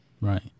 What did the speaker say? right